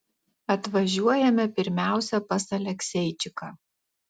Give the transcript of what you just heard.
atvažiuojame pirmiausia pas alekseičiką